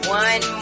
one